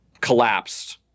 collapsed